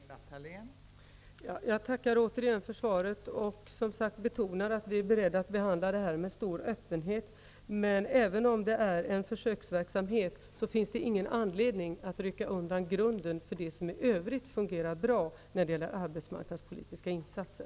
Fru talman! Jag tackar återigen för svaret och betonar, som sagt, att vi är beredda att behandla detta med stor öppenhet. Men även om det är en försöksverksamhet finns det ingen anledning att rycka undan grunden för det som i övrigt fungerar bra när det gäller arbetsmarknadspolitiska insatser.